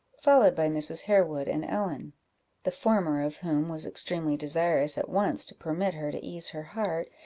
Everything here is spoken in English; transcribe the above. followed by mrs. harewood and ellen the former of whom was extremely desirous at once to permit her to ease her heart,